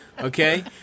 Okay